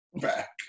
back